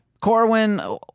Corwin